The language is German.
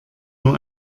nur